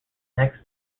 next